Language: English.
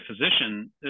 physician